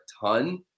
ton